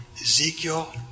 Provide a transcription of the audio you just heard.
Ezekiel